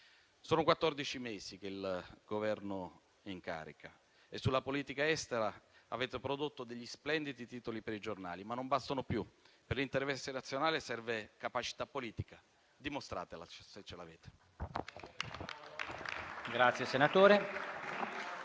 mesi che il Governo è in carica e sulla politica estera avete prodotto degli splendidi titoli per i giornali, che però non bastano più. Per l'interesse nazionale serve capacità politica. Dimostratela, se l'avete.